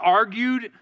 argued